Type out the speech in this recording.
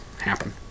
happen